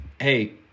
hey